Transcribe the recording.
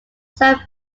saint